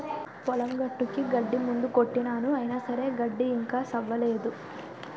పొలం గట్టుకి గడ్డి మందు కొట్టినాను అయిన సరే గడ్డి ఇంకా సవ్వనేదు